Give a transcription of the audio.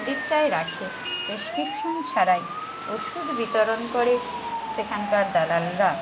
দিকটায় রাখে প্রেসক্রিপশন ছাড়াই ওষুধ বিতরণ করে সেখানকার দালালরা